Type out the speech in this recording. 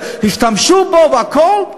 והשתמשו בו והכול?